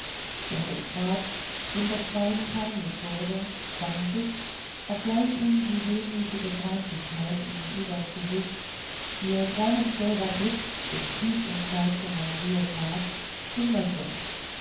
der hofrat dem das lange schweigen peinlich wurde zwang sich obgleich ihm die wehmütige freundlichkeit in idas gesicht ihr tränenschwerer blick bis tief ins herz hinein wehe tat zum lächeln